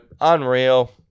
unreal